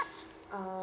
um